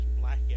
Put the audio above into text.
black